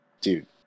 dude